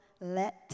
let